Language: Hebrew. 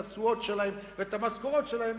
את התשואות שלהם ואת המשכורות שלהם,